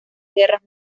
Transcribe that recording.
guerras